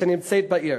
שנמצאת בעיר.